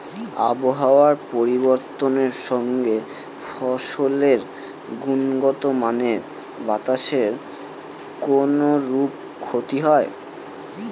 আবহাওয়ার পরিবর্তনের সঙ্গে ফসলের গুণগতমানের বাতাসের কোনরূপ ক্ষতি হয়?